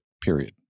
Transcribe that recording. period